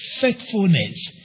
faithfulness